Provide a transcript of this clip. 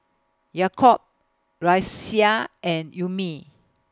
Yaakob Raisya and Ummi